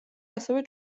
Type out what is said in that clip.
ასევე